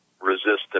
resistant